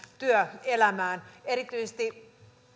työelämään erityisesti